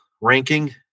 ranking